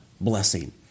blessing